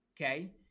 okay